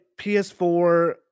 PS4